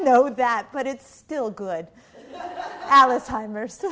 know that but it's still good alice timer so